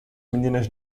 meninas